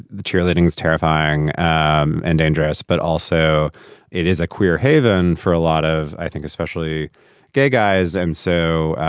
the cheerleading is terrifying and and dangerous. but also it is a queer haven for a lot of, i think, especially gay guys. and so.